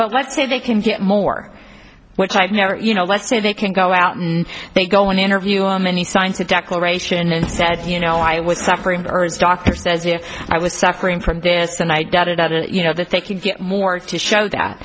but let's say they can get more which i've never you know let's say they can go out and they go and interview him many signs of declaration and says you know i was suffering dirs doctor says if i was suffering from this and i got it out and you know that they could get more to show that